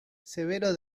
severo